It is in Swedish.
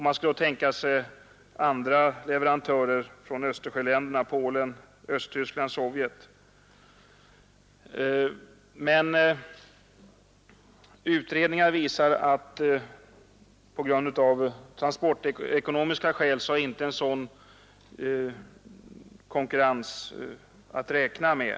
Man får då tänka sig andra leverantörer bland Östersjöländerna såsom Polen, Östtyskland och Sovjet. Utredningar visar dock att en sådan konkurrens av transportekonomiska skäl inte är att räkna med.